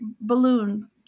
balloon